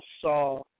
saw